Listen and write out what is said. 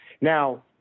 now